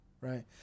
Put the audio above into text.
right